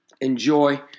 enjoy